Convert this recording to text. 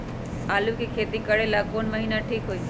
आलू के खेती करेला कौन महीना ठीक होई?